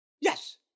Yes